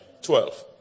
12